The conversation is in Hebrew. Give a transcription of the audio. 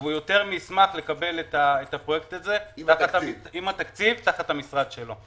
והוא יותר מישמח לקבל את הפרויקט הזה עם התקציב תחת משרדו.